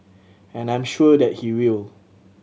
and I'm sure that he will